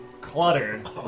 cluttered